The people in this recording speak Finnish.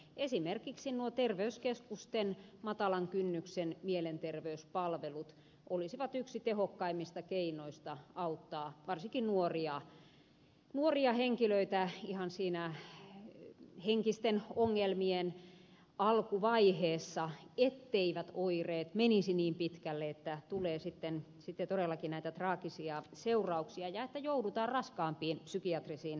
esimerkiksi terveyskeskusten matalan kynnyksen mielenterveyspalvelut olisivat yksi tehokkaimmista keinoista auttaa varsinkin nuoria henkilöitä ihan siinä henkisten ongelmien alkuvaiheessa etteivät oireet menisi niin pitkälle että tulee sitten todellakin näitä traagisia seurauksia ja joudutaan raskaampiin psykiatrisiin hoitoihin